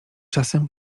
czasem